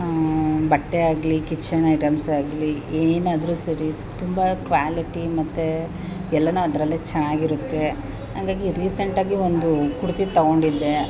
ಬಟ್ಟೆ ಆಗಲೀ ಕಿಚನ್ ಐಟಮ್ಸೇ ಆಗಲೀ ಏನಾದರೂ ಸರಿ ತುಂಬ ಕ್ವಾಲಿಟಿ ಮತ್ತು ಎಲ್ಲ ಅದರಲ್ಲಿ ಚೆನ್ನಾಗಿರುತ್ತೆ ಹಂಗಾಗಿ ರೀಸೆಂಟಾಗಿ ಒಂದು ಕುರ್ತ ತಗೊಂಡಿದ್ದೆ